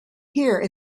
here